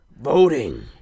Voting